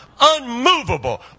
unmovable